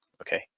Okay